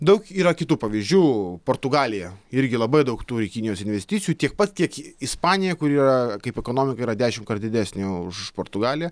daug yra kitų pavyzdžių portugalija irgi labai daug turi kinijos investicijų tiek pat kiek ispanija kuri yra kaip ekonomika yra dešimtkart didesnė už portugaliją